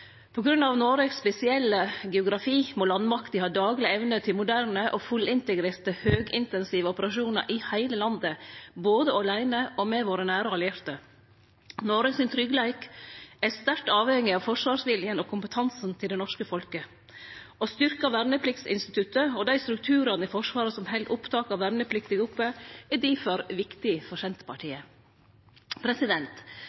Noregs spesielle geografi må landmakta ha dagleg evne til moderne og fullintegrerte høgintensive operasjonar i heile landet, både åleine og med våre nære allierte. Noreg sin tryggleik er sterkt avhengig av forsvarsviljen og kompetansen til det norske folket. Å styrkje vernepliktinstituttet og dei strukturane i Forsvaret som held opptak av vernepliktige oppe, er difor viktig for